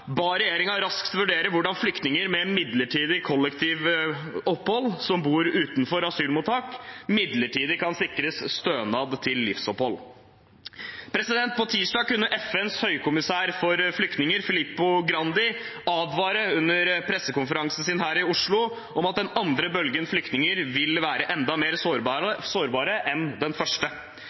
ba regjeringen raskt vurdere hvordan flyktninger med midlertidig kollektivt opphold som bor utenfor asylmottak, midlertidig kan sikres stønad til livsopphold. På tirsdag kunne FNs høykommissær for flyktninger, Filippo Grandi, advare under pressekonferansen sin her i Oslo om at den andre bølgen flyktninger vil være enda mer sårbar enn den første.